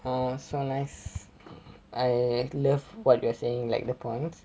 oh so nice I love what you are saying like the points